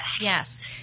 Yes